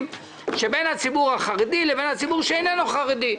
שבין הציבור החרדי לבין הציבור שאיננו חרדי,